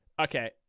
Okay